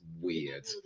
weird